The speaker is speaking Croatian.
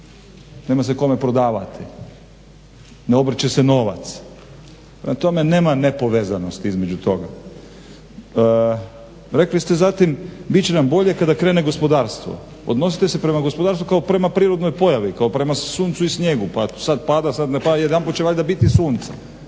Nema se kome prodavati, ne obrće se novac. Prema tome, nema nepovezanosti između toga. Rekli ste zatim bit će nam bolje kada krene gospodarstvo. Odnosite se prema gospodarstvu kao prema prirodnoj pojavi, kao prema suncu i snijegu, pa sad pada, sad ne pada. Jedanput će valjda biti sunce.